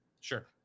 sure